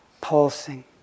pulsing